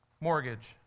mortgage